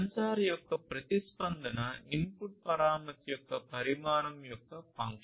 censor యొక్క ప్రతిస్పందన input పరామితి యొక్క పరిమాణం యొక్క ఫంక్షన్